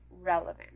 relevant